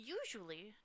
usually